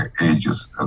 ages